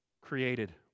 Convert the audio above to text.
created